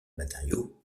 matériaux